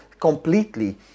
completely